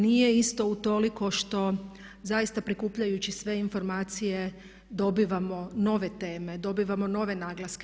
Nije isto utoliko što zaista prikupljajući sve informacije dobivamo nove teme, dobivamo nove naglaske.